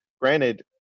Granted